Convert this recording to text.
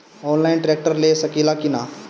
Online tractor ले सकीला कि न?